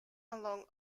along